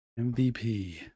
mvp